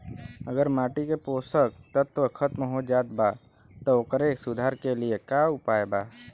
अगर माटी के पोषक तत्व खत्म हो जात बा त ओकरे सुधार के लिए का उपाय बा?